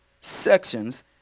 sections